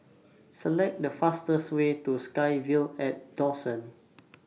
Select The fastest Way to SkyVille At Dawson